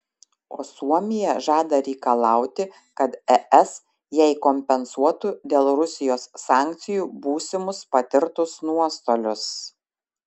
o suomija žada reikalauti kad es jai kompensuotų dėl rusijos sankcijų būsimus patirtus nuostolius